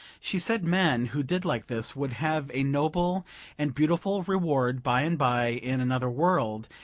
she said men who did like this would have a noble and beautiful reward by and by in another world,